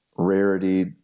Rarity